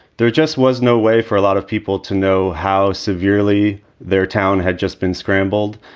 there just was no way for a lot of people to know how severely their town had just been scrambled.